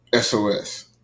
SOS